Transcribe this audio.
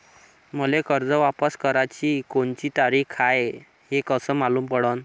मले कर्ज वापस कराची कोनची तारीख हाय हे कस मालूम पडनं?